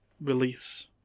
release